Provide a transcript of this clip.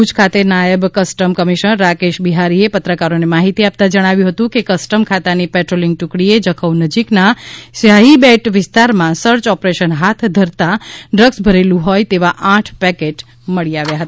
ભુજ ખાતે નાયબ custom commissioner Rakesh બિહારીએ પત્રકારોને માહિતી આપતા જણાવ્યુ હતું કે કસ્ટમ ખાતાની પેટ્રોલિંગ ટુકડીએ જખૌ નજીક ના સ્યાહી બેટ વિસ્તારમાં સર્ચ ઓપરેશન હાથ ધરતા ડ્રગ્સ ભરેલું હોય તેવા આઠ પેકેટ મળી આવ્યા હતા